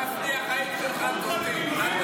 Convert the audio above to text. גפני, החיים שלך טובים.